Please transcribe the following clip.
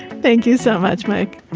thank you so much, mike